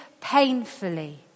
painfully